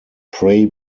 pray